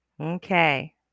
Okay